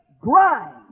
grind